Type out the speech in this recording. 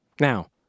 Now